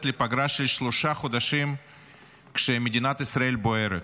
לפגרה של שלושה חודשים כשמדינת ישראל בוערת,